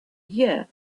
year